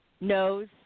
knows